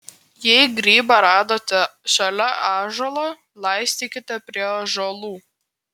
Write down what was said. jei grybą radote šalia ąžuolo laistykite prie ąžuolų